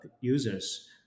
users